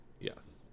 Yes